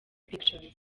pictures